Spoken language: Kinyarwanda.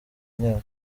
imyaka